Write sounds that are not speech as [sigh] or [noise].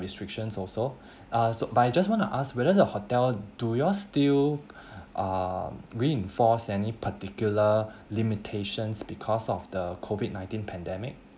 restrictions also [breath] uh so but I just want to ask whether the hotel do you all still uh reinforce any particular limitations because of the COVID-nineteen pandemic